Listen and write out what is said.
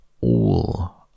All